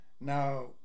Now